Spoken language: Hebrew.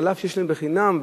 אף שיש להם בחינם.